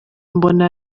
mbona